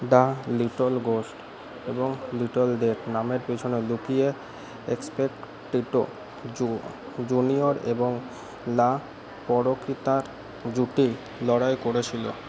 the little ghost এবং little death নামের পেছনে লুকিয়ে এস্পেকট্রিটো জুনিয়র এবং লা পরকিতার জুটি লড়াই করেছিলো